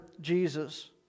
jesus